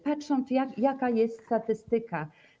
Patrząc, jaka jest statystyka.